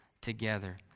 together